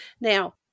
Now